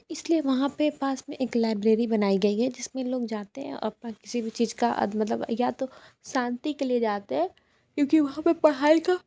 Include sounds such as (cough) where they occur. इसलिए वहाँ पर पास में एक लाइब्रेरी बनाई गई है जिसमें लोग जाते हैं अब (unintelligible) किसी भी चीज़ का मतलब या तो शांति के लिए जाते हैं क्योंकि वहाँ पे पढ़ाई का